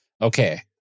okay